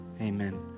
amen